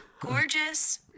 gorgeous